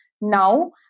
now